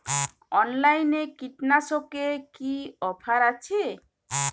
অনলাইনে কীটনাশকে কি অফার আছে?